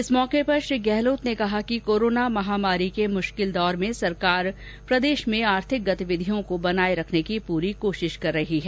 इस मौके पर श्री गहलोत ने कहा कि कोरोना महामारी के मुश्किल दौर में सरकार प्रदेश में आर्थिक गतिविधियों को बनाए रखने की पूरी कोशिश कर रही है